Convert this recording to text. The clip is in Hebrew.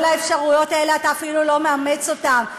כל האפשרויות האלה, אתה אפילו לא מאמץ אותן.